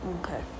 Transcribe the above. okay